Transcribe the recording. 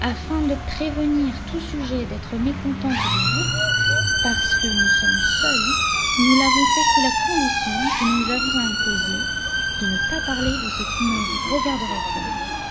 afin de prévenir tout sujet d'être mécontentes de vous parce que nous sommes seules nous l'avons fait sous la condition que nous vous avons imposée de ne pas parler de ce qui ne vous regarderait point